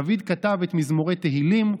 דוד כתב את מזמורי תהילים,